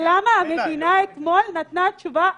למה המדינה אתמול נתנה תשובה אחרת?